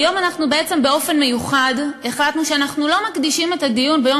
היום אנחנו באופן מיוחד החלטנו שאנחנו לא מקדישים את הדיון ביום